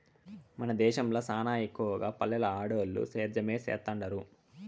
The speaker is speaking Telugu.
మన దేశంల సానా ఎక్కవగా పల్లెల్ల ఆడోల్లు సేద్యమే సేత్తండారు